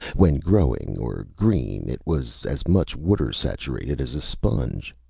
when growing or green it was as much water-saturated as a sponge.